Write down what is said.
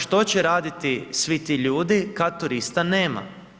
Što će raditi svi ti ljudi kad turista nema?